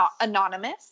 anonymous